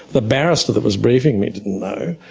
the barrister that was briefing me didn't know.